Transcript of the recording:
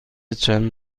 چند